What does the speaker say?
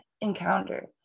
encounter